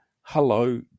Hello